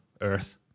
Earth